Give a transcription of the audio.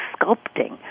sculpting